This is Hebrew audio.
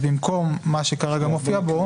במקום מה שכרגע מופיע בו,